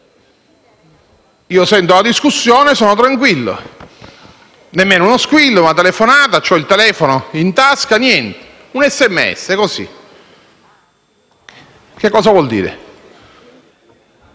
Io sento la discussione e sono tranquillo. Nemmeno uno squillo o una telefonata. Ho il telefono in tasca. Niente. Solo un SMS. Che cosa vuol dire?